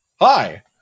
hi